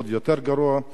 עוד יותר גרוע,